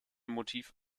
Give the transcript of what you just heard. motiv